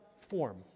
form